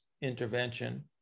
intervention